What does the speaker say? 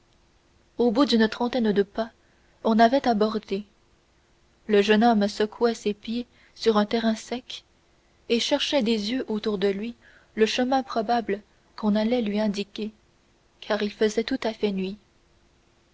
au bout d'une trentaine de pas on avait abordé le jeune homme secouait ses pieds sur un terrain sec et cherchait des yeux autour de lui le chemin probable qu'on allait lui indiquer car il faisait tout à fait nuit